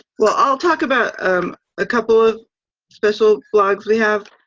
well i'll talk about a couple of special blogs we have.